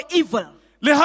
evil